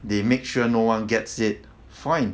they make sure no one gets it fine